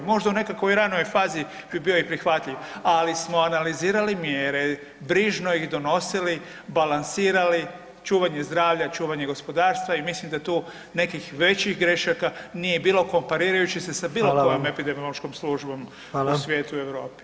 Možda u nekakvoj ranoj fazi bi bio i prihvatljiv, ali smo analizirali mjere brižno ih donosili, balansirali čuvanje zdravlja, čuvanje gospodarstva i mislim da tu nekih većih grešaka nije bilo komparirajući se sa bilo kojom epidemiološkom službom u svijetu i u Europi.